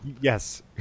Yes